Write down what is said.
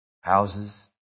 houses